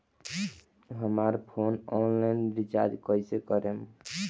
हमार phone online recharge कईसे करेम?